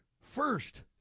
first